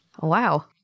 Wow